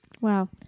Wow